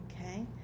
Okay